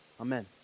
Amen